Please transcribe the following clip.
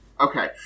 Okay